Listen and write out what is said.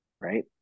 right